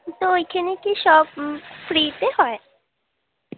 তো ওইখানে কি সব ফ্রিতে হয়